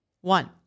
One